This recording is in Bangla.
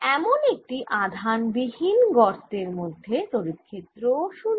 এমন একটি আধান বিহীন গর্তের মধ্যে তড়িৎ ক্ষেত্র ও 0